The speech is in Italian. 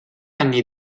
anni